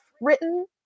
written